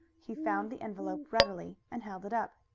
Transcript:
he found the envelope readily, and held it up.